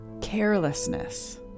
carelessness